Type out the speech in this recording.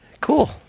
Cool